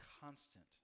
constant